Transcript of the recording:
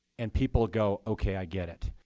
and people go, ok, i get it.